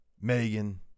Megan